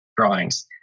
drawings